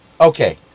Okay